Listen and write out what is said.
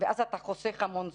ואז אתה חוסך המון זמן.